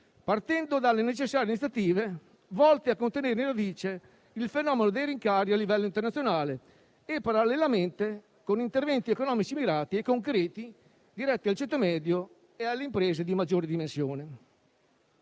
partendo dalle necessarie iniziative volte a contenere alla radice il fenomeno dei rincari a livello internazionale e, parallelamente, con interventi economici mirati e concreti diretti al ceto medio e alle imprese di maggiori dimensioni.